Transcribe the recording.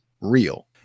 real